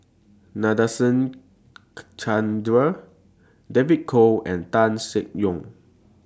Nadasen Chandra David Kwo and Tan Seng Yong